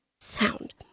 sound